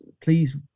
please